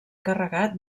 carregat